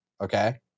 Okay